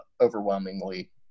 overwhelmingly